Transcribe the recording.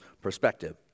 perspective